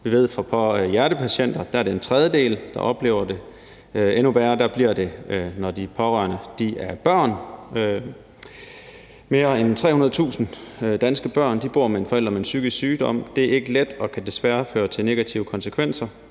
at for pårørende til hjertepatienter er det en tredjedel, der oplever det. Endnu værre bliver det, når de pårørende er børn. Mere end 300.000 danske børn bor med en forælder med en psykisk sygdom. Det er ikke let og kan desværre have negative konsekvenser.